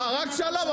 אה רק שלום?